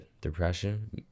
depression